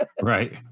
Right